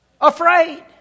afraid